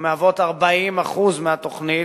המהוות 40% מהתוכנית,